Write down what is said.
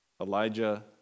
Elijah